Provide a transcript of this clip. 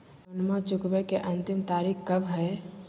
लोनमा चुकबे के अंतिम तारीख कब हय?